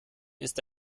ist